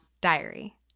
diary